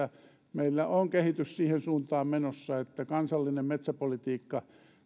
meillä on kehitys siihen suuntaan menossa että kansallinen metsäpolitiikka